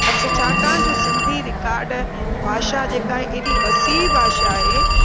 असां छाकाणि जो सिंधी रिकाड भाषा जेका आहे एॾी वसीउ भाषा आहे